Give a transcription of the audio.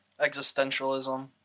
existentialism